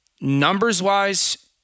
numbers-wise